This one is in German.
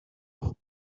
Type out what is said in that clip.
der